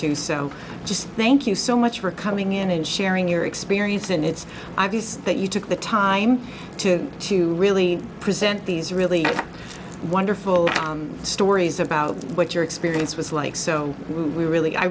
too so just thank you so much for coming in and sharing your experience and it's obvious that you took the time to really present these really wonderful stories about what your experience was like so we really i